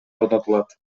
орнотулат